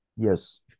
Yes